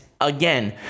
again